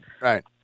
Right